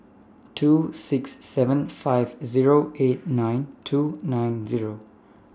two six seven five Zero eight nine two nine Zero